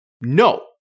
No